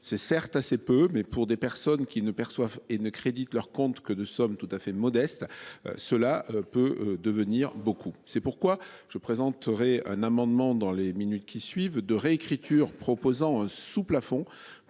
c'est certes assez peu mais pour des personnes qui ne perçoivent et ne créditent leur compte que de somme tout à fait modeste. Cela peut devenir beaucoup c'est pourquoi je présenterai un amendement dans les minutes qui suivent, de réécriture proposant sous plafond